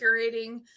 curating